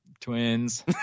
twins